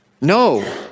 no